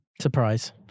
Surprise